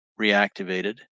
reactivated